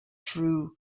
through